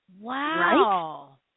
wow